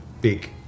big